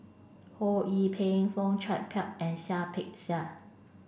Ho Yee Ping Fong Chong Pik and Seah Peck Seah